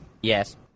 Yes